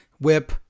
whip